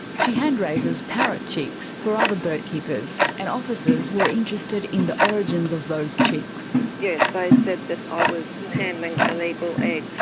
she hand raises parrot chicks for other bird keepers and officers were interested in the origins of those chicks. yes, they said that i was handling illegal eggs.